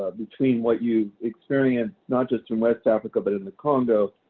ah between what you've experienced, not just in west africa, but in the congo,